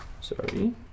Sorry